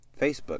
Facebook